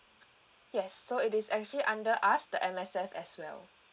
yes so it is actually under us the M_S_F as well